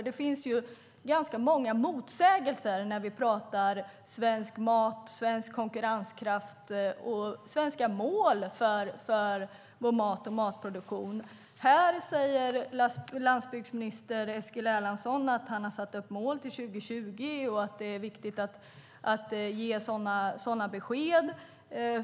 Det finns ganska många motsägelser när vi talar om mat, svensk konkurrenskraft och svenska mål för mat och matproduktion. Här säger landsbygdsminister Eskil Erlandsson att han satt upp mål till 2020 och att det är viktigt att ge sådana besked.